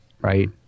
right